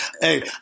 hey